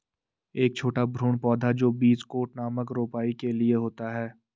एक छोटा भ्रूण पौधा जो बीज कोट नामक रोपाई के लिए होता है